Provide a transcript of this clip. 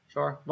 Sure